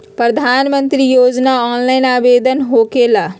प्रधानमंत्री योजना ऑनलाइन आवेदन होकेला?